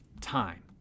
time